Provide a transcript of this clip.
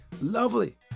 lovely